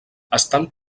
estan